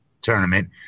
tournament